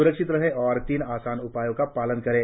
स्रक्षित रहें और तीन आसान उपायों का पालन करें